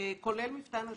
כולל מפת"ן אשדוד,